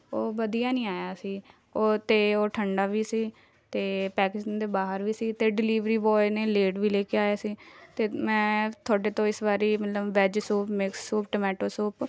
ਉਹ ਵਧੀਆ ਨਹੀਂ ਆਇਆ ਸੀ ਉਹ ਤਾਂ ਉਹ ਠੰਡਾ ਵੀ ਸੀ ਅਤੇ ਪੈਕਜਿੰਗ ਦੇ ਬਾਹਰ ਵੀ ਸੀ ਅਤੇ ਡਿਲੀਵਰੀ ਬੋਏ ਨੇ ਲੇਟ ਵੀ ਲੈ ਕੇ ਆਇਆ ਸੀ ਅਤੇ ਮੈਂ ਤੁਹਾਡੇ ਤੋਂ ਇਸ ਵਾਰੀ ਮਤਲਬ veg soup mix soup tomato soup